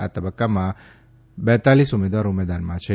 આ તબક્કામાં બેતાલીસ ઉમેદવારો મેદાનમાં છે